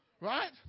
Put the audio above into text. right